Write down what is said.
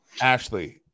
Ashley